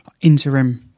interim